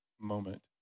moment